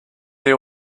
you